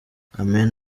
amen